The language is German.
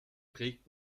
trägt